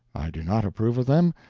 i do not approve of them,